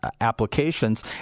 applications